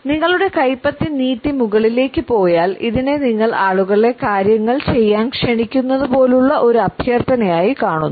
നിങ്ങളുടെ കൈപ്പത്തി നീട്ടി മുകളിലേയ്ക്ക് പോയാൽ ഇതിനെ നിങ്ങൾ ആളുകളെ കാര്യങ്ങൾ ചെയ്യാൻ ക്ഷണിക്കുന്നതുപോലുള്ള ഒരു അഭ്യർത്ഥനയായി കാണുന്നു